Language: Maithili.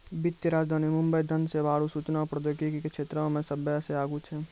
वित्तीय राजधानी मुंबई धन सेवा आरु सूचना प्रौद्योगिकी के क्षेत्रमे सभ्भे से आगू छै